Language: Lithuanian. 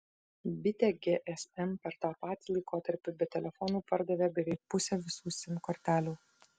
bitė gsm per tą patį laikotarpį be telefonų pardavė beveik pusę visų sim kortelių